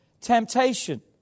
temptation